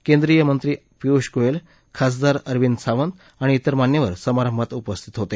केंद्रीय मंत्री पीयुष गोयल खासदार अरविंद सावंत आणि त्रिर मान्यवर समारंभात उपस्थित होते